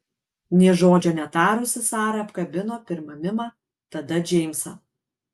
nė žodžio netarusi sara apkabino pirma mimą tada džeimsą